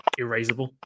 erasable